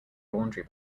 laundry